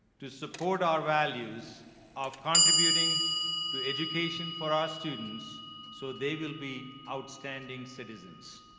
to support our values of contributing to education for our students so they will be outstanding citizens.